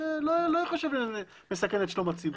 זה לא ייחשב מסכן את שלום הציבור.